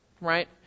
right